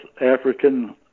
African